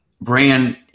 brand